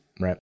right